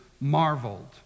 marveled